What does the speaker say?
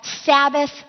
Sabbath